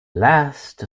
last